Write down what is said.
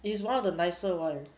it's one of the nicer [one]s